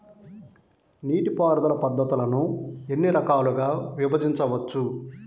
నీటిపారుదల పద్ధతులను ఎన్ని రకాలుగా విభజించవచ్చు?